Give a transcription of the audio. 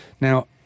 Now